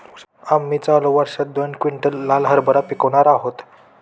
आम्ही चालू वर्षात दोन क्विंटल लाल हरभरा पिकावणार आहोत